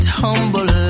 humble